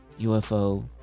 ufo